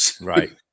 Right